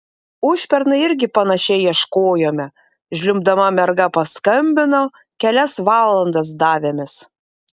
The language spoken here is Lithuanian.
užpernai irgi panašiai ieškojome žliumbdama merga paskambino kelias valandas davėmės